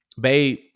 Babe